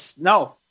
No